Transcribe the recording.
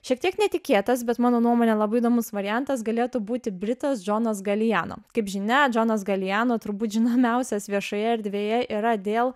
šiek tiek netikėtas bet mano nuomone labai įdomus variantas galėtų būti britas džonas galijano kaip žinia johnas galliano turbūt žinomiausias viešoje erdvėje yra dėl